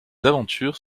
aventures